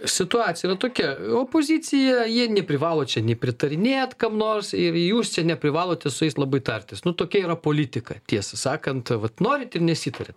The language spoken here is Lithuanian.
situacija yra tokia opozicija jie neprivalo čia nei pritarinėt kam nors ir jūs čia neprivalote su jais labai tartis nu tokia yra politika tiesą sakant vat norit ir nesitariat